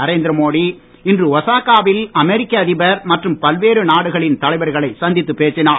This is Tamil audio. நரேந்திர மோடி இன்று ஒஸாகா வில் அமெரிக்க அதிபர் மற்றும் பல்வேறு நாடுகளின் தலைவர்களை சந்தித்துப் பேசினார்